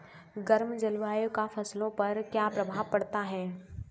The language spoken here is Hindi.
गर्म जलवायु का फसलों पर क्या प्रभाव पड़ता है?